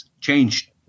changed